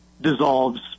dissolves